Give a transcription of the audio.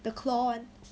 the claw one